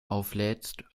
auflädst